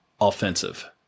offensive